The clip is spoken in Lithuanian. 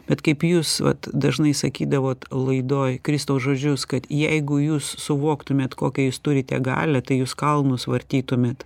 bet kaip jūs vat dažnai sakydavot laidoj kristaus žodžius kad jeigu jūs suvoktumėt kokią jūs turite galią tai jus kalnus vartytumėt